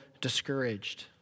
discouraged